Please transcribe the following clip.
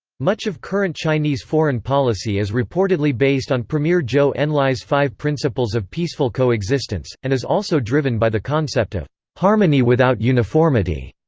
much of current chinese foreign policy is reportedly based on premier zhou enlai's five principles of peaceful coexistence, and is also driven by the concept of harmony without uniformity,